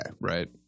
Right